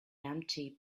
empty